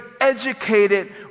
educated